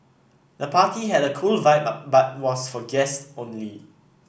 the party had a cool vibe but was for guests only